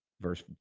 Verse